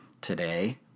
today